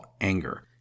anger